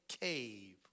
cave